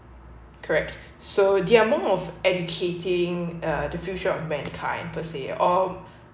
correct so they are more of educating the future of mankind per se